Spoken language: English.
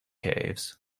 caves